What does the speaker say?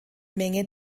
menge